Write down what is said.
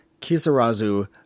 Kisarazu